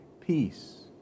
peace